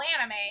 anime